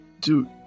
Dude